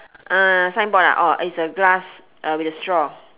uh signboard ah orh it's a glass uh with a straw